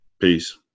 Peace